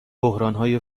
بحرانهای